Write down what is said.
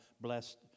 blessed